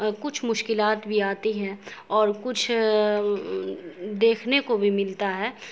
کچھ مشکلات بھی آتی ہے اور کچھ دیکھنے کو بھی ملتا ہے